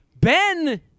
ben